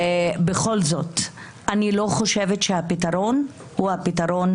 ובכל זאת אני לא חושבת שהפתרון הוא הפתרון